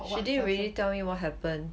she didn't really tell me what happen